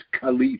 Caliph